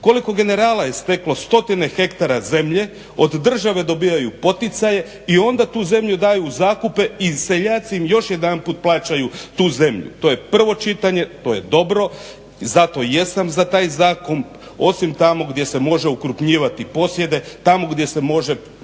Koliko generala je steklo stotine hektara zemlje, od države dobijaju poticaje i onda tu zemlju daju u zakupe i seljaci im još jedanput plaćaju tu zemlju. To je prvo čitanje, to je dobro. Zato i jesam za taj zakon osim tamo gdje se može okrupnjivati posjede, tamo gdje se može